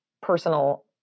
personal